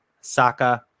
Saka